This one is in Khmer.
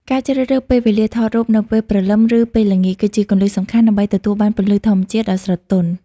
ការជ្រើសរើសពេលវេលាថតរូប នៅពេលព្រលឹម ឬពេលល្ងាច គឺជាគន្លឹះសំខាន់ដើម្បីទទួលបានពន្លឺធម្មជាតិដ៏ស្រទន់។